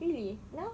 really now